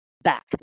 back